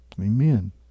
Amen